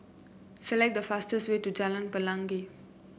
select the fastest way to Jalan Pelangi